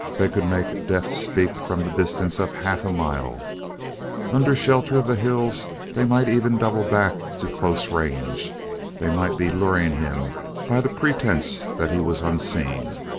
they could make death speak from the distance of half a mile under shelter of the hills they might even double back to close range they might be luring him by the pretense that he was unseen.